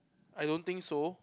I don't think so